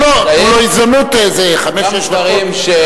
תנו לו הזדמנות, איזה חמש, שש דקות.